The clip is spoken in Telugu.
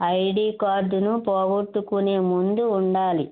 ఐడి కార్డును పోగొట్టుకునే ముందు ఉండాలి